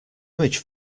image